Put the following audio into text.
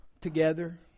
together